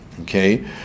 okay